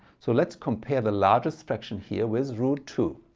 so let's compare the largest fraction here with root two.